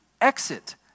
exit